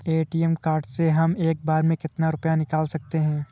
ATM card से हम एक बार में कितना रुपया निकाल सकते हैं?